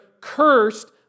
cursed